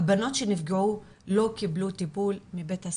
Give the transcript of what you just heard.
הבנות שנפגעו לא קיבלו טיפול מבית הספר".